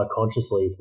consciously